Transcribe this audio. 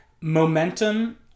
momentum